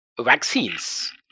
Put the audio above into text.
vaccines